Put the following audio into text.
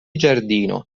giardino